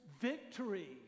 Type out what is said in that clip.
victory